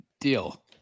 Deal